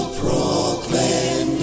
proclaim